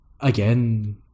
again